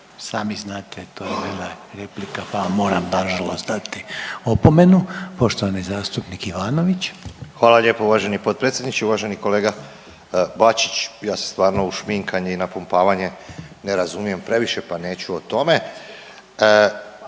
sami znate to je bila replika, pa vam moram na žalost dati opomenu. Poštovani zastupnik Ivanović. **Ivanović, Goran (HDZ)** Hvala lijepo uvaženi potpredsjedniče i uvaženi kolega Bačić. Ja se stvarno u šminkanje i napumpavanje ne razumijem previše, pa neću o tome.